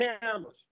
cameras